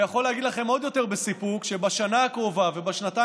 ויכול להגיד לכם עוד יותר בסיפוק שבשנה הקרובה ובשנתיים